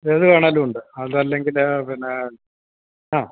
ഏത് വേണമെങ്കിലുമുണ്ട് അതല്ലെങ്കില് പിന്നേ ആ